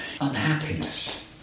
Unhappiness